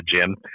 Jim